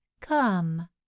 come